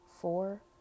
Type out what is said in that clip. four